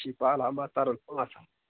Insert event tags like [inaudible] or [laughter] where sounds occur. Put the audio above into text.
[unintelligible]